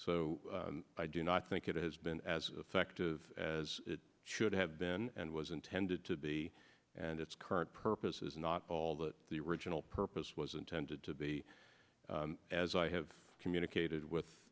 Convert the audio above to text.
so i do not think it has been as effective as it should have been and was intended to be and its current purpose is not all that the original purpose was intended to be as i have communicated with